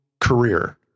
career